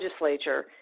legislature